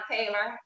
Taylor